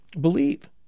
believe